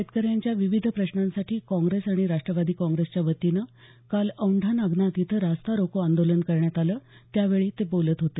शेतकऱ्यांच्या विविध प्रश्नांसाठी काँग्रेस आणि राष्ट्रवादी काँग्रेसच्या वतीनं काल औंढा नागनाथ इथं रस्तारोको आंदोलन करण्यात आलं त्यावेळी ते बोलत होते